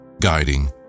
guiding